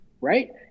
Right